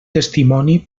testimoni